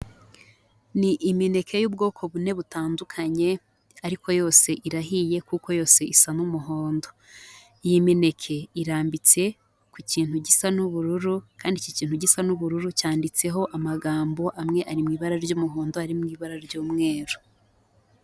Ni imineke y'ubwoko bune butandukanye ariko yose irahiye kuko yose isa n'umuhondo, iyi mineke irambitse ku kintu gisa n'ubururu kandi iki kintu gisa n'ubururu cyanditseho amagambo amwe ari mu ibara ry'umuhondo, andi mu ibara ry'umweru.